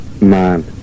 man